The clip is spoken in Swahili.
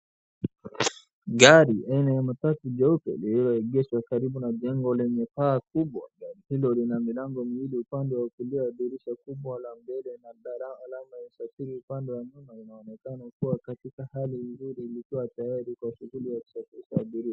Gari aina ya matatu ndio imeegeshwa karibu na jengo lenye paa kubwa, gari hilo lina milango miwili upande wa kulia na dirisha kubwa mbele na alama ya usafiri upande wa nyuma, inaonekana kuwa katika hali nzuri na imekuwa tayari kwa shughuli ya usafirishaji wa abiria.